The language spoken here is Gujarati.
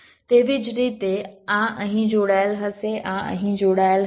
તેવી જ રીતે આ અહીં જોડાયેલ હશે આ અહીં જોડાયેલ હશે